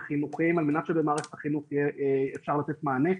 החינוכיים על מנת שבמערכת החינוך אפשר יהיה לתת מענה.